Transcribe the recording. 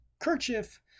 kerchief